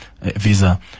visa